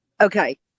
okay